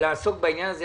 לעסוק בעניין הזה.